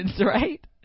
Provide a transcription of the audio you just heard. right